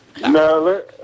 No